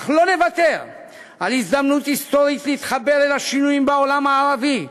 אך לא נוותר על הזדמנות היסטורית להתחבר אל השינויים בעולם הערבי,